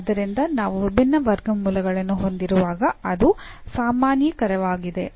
ಆದ್ದರಿಂದ ನಾವು ವಿಭಿನ್ನ ವರ್ಗಮೂಲಗಳನ್ನು ಹೊಂದಿರುವಾಗ ಅದು ಸಾಮಾನ್ಯೀಕರಣವಾಗಿದೆ